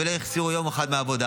ולא החסירו יום אחד מהעבודה.